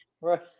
Right